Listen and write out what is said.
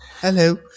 Hello